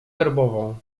herbową